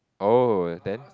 oh and then